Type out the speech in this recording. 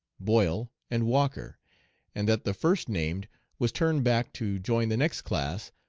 boyle, and walker and that the first named was turned back to join the next class,